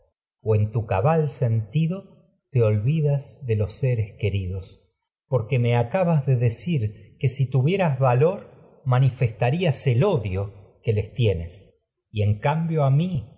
o en tu cabal me sentido te olvi das de los seres queridos porque acabas de decir que nes si tuvieras valor manifestarías el odio y que les tie la ven en cambio a mi